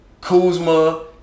Kuzma